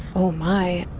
oh my,